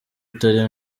utari